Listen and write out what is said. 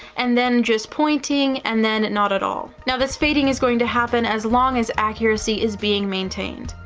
and then just pointing, and then not at all. now, this fading is going to happen as long as accuracy is being maintained.